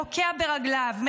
רוקע ברגליו,